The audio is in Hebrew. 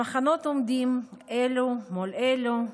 המחנות עומדים אלו מול אלו,